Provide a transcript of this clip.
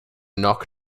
knock